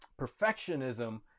perfectionism